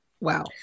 Wow